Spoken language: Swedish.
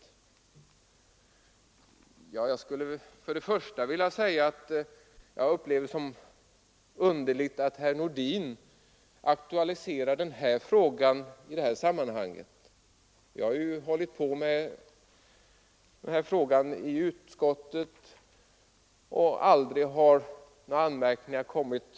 För min del skulle jag till att börja med vilja säga att jag upplever det som underligt att herr Nordin aktualiserar den här frågan i detta sammanhang. Vi har behandlat ärendet i utskottet, och aldrig har några sådana här anmärkningar kommit.